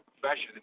profession